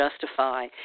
justify